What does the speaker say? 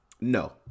no